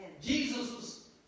Jesus